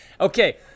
Okay